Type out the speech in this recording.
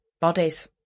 bodies